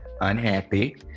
unhappy